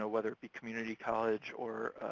ah whether it be community college or